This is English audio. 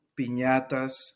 piñatas